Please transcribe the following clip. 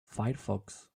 firefox